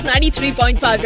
93.5